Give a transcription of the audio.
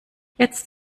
jetzt